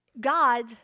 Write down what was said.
God